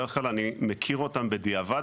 בדרך כלל אני מכיר אותן בדיעבד.